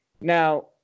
now